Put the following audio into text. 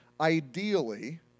ideally